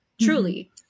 Truly